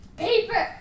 paper